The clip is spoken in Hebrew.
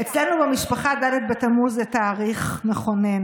אצלנו במשפחה ד' בתמוז הוא תאריך מכונן,